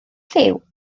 lliw